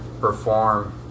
perform